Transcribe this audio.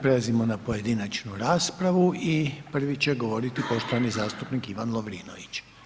Prelazimo na pojedinačnu raspravu i prvi će govoriti poštovani zastupnik Ivan Lovrinović.